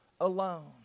alone